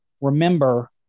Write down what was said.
remember